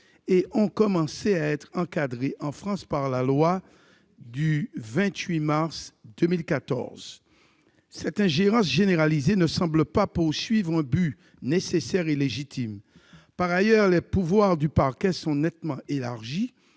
et ont commencé à être encadrées en France par la loi du 28 mars 2014. Cette ingérence généralisée ne semble pas poursuivre un but nécessaire et légitime. Par ailleurs, l'article prévoit une nette extension